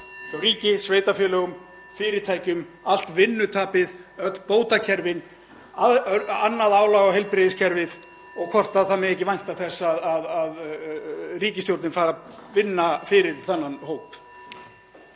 ríki, sveitarfélögum, fyrirtækjum — allt vinnutapið, öll bótakerfin, annað álag á heilbrigðiskerfið? (Forseti hringir.) Má ekki vænta þess að ríkisstjórnin fari að vinna fyrir þennan hóp?